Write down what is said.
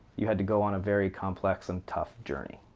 you had to go on a very complex and tough journey.